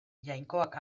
jainkoak